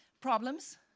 problems